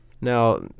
Now